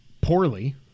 Poorly